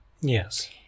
Yes